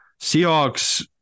Seahawks